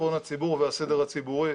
בטחון הציבור והסדר הציבורי.